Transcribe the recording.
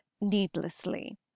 needlessly